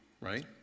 right